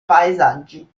paesaggi